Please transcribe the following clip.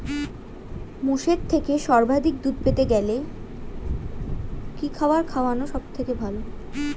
মোষের থেকে সর্বাধিক দুধ পেতে হলে কি খাবার খাওয়ানো সবথেকে ভালো?